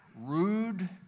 Rude